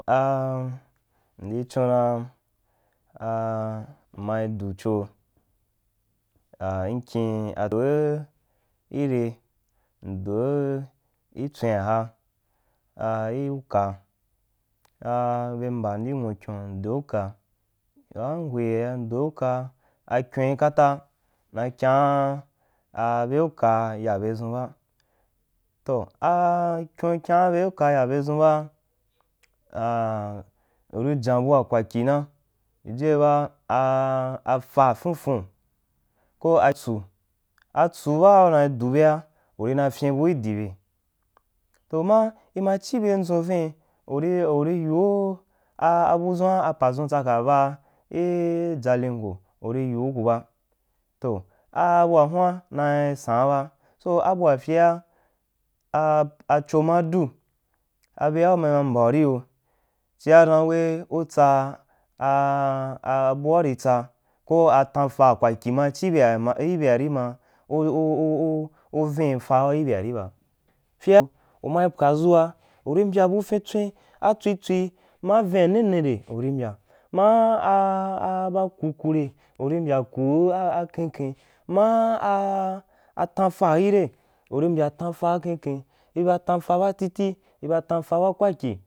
Aa mndi chon dan a mmai ducho a mkye ire m doi i tsuenaha, a i uka a be mbam i nwu kyun m doi uka waam hwe mdvi ukaa akyoin waam hwe mdoi ukaa akyoin kata, na kyaan a beula ya bye dʒun ba to a akyon kya beuka ya bedʒunb uri jan bua kwahyi na jijiye ba a afa fun fun ki atsu a tsu baa una dubea uri nai fyenbu i dibe toh ma i ma chi byin dʒu viin uri uri yiu a budʒuan apadʒu tsaka ba i jalingo uri yiu ku ba, toh abuahua nai saan ba to abua fyea acho maa du abea be ma mbeuriyo chia ra we u tsa a a buauri tsa ko atanfa kwakyin ma chi beari ma u u u u vin fau ibeari ba, fyea umui puadua uri mbya bu fintswi atswi tswi tswi maa vilan nini re uni mbya ma baa ku ku re uri mbya ku aken ken maa a tam faari re uri mbya tan fa aken ken iba tanfa ba titi iba tanfa ba kwakyi.